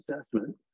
assessment